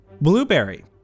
Blueberry